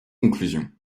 conclusion